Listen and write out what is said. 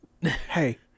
Hey